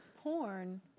porn